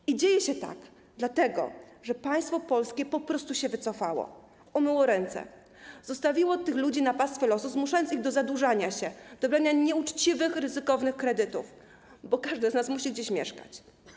I dzieje się tak dlatego, że państwo polskie po prostu się wycofało, umyło ręce, zostawiło tych ludzi na pastwę losu, zmuszając ich do zadłużania się, do brania nieuczciwych, ryzykownych kredytów, bo każdy z nas musi gdzieś mieszkać.